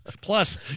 plus